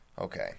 Okay